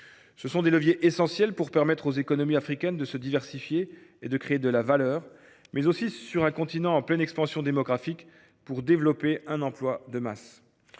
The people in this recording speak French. Ce sont des leviers essentiels pour permettre aux économies africaines de se diversifier et de créer de la valeur, mais aussi, sur un continent en pleine expansion démographique, pour développer un emploi de masse.